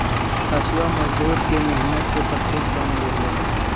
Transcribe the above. हँसुआ मजदूर के मेहनत के प्रतीक बन गेले हई